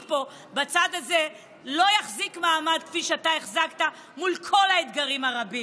פה בצד הזה לא יחזיק מעמד כפי שאתה החזקת מול כל האתגרים הרבים.